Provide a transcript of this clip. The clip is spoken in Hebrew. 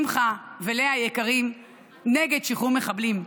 שמחה ולאה היקרים נגד שחרור מחבלים.